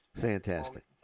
Fantastic